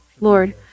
Lord